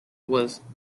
was